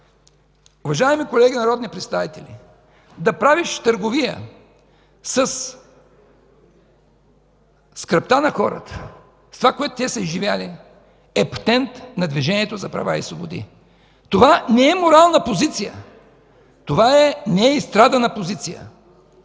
Уважаеми колеги народни представители, да правиш търговия със скръбта на хората, с това, което те са изживели, е патент на Движението за права и свободи. Това не е морална позиция, това не е изстрадана позиция,